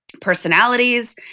personalities